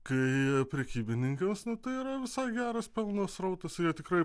kai prekybininkas nu tai yra visai geras pamainos srautas ir jie tikrai